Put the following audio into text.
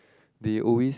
they always